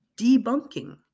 debunking